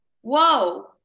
whoa